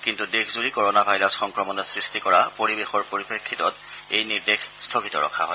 কিন্তু দেশজুৰি corona virus সংক্ৰমণে সৃষ্টি কৰা পৰিৱেশৰ পৰিপ্ৰেক্ষিতত এই নিৰ্দেশ স্থগিত ৰখা হয়